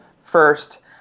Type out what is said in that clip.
first